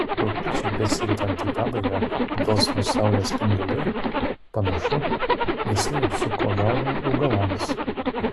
rugpjūčiui besiritant į pabaigą dosnūs saulės spinduliai panašu visai apsuko galvą augalams